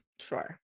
Sure